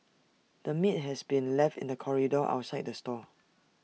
the meat has been left in the corridor outside the stall